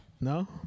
No